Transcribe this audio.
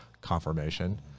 Confirmation